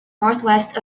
northwest